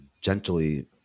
gently